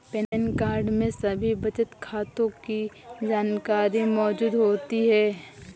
pan card में सभी बचत खातों की जानकारी मौजूद होती है